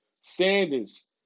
Sanders